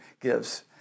gives